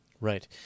Right